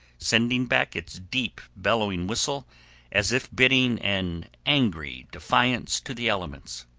sending back its deep bellowing whistle as if bidding an angry defiance to the elements.